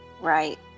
Right